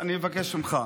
אני מבקש ממך.